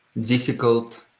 difficult